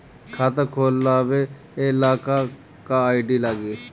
खाता खोलाबे ला का का आइडी लागी?